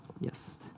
yes